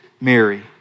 Mary